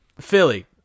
Philly